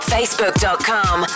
Facebook.com